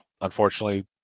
unfortunately